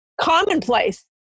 commonplace